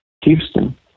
Houston